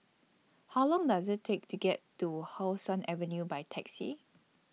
How Long Does IT Take to get to How Sun Avenue By Taxi